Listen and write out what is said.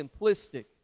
simplistic